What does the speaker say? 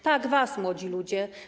Tak, was, młodzi ludzie.